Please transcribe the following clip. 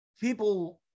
people